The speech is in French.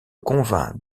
convainc